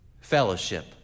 fellowship